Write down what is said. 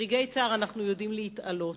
ברגעי צער אנחנו יודעים להתעלות.